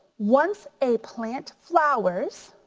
once a plant flowers,